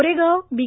Goregaon बी